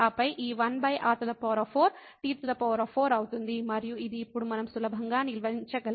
కాబట్టి ఇక్కడ మనకు 2e t2 ఉంది ఆపై ఈ 1r4 t4 అవుతుంది మరియు ఇది ఇప్పుడు మనం సులభంగా నిర్వహించగలదు